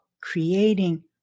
creating